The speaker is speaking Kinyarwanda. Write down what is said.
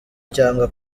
cyangwa